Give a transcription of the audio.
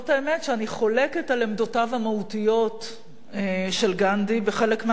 שאני חולקת על עמדותיו המהותיות של גנדי בחלק מהנושאים.